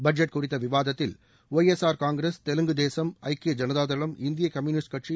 budget குறித்த விவாதத்தில் Y S R Congress Telugu Desam ஐக்கிய ஜனதா தளம் இந்திய கம்யூனிஸ்ட் கட்சி